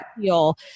feel